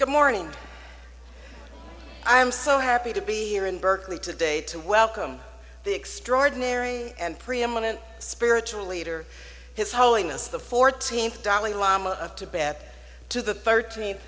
good morning i am so happy to be here in berkeley today to welcome the extraordinary and preeminent spiritual leader his holiness the fourteenth dalai lama of tibet to the thirteenth